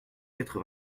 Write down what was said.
quatre